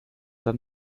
dann